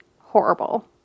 horrible